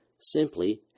simply